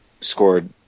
scored